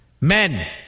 Men